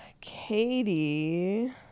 katie